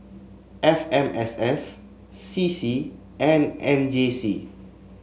F M S S C C and M J C